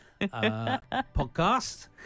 Podcast